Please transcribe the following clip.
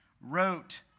wrote